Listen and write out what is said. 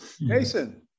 Mason